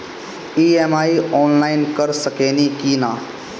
EMI online कर सकेनी की ना?